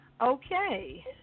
Okay